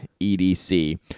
EDC